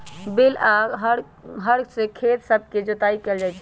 बैल आऽ हर से खेत सभके जोताइ कएल जाइ छइ